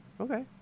Okay